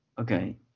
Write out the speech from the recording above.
okay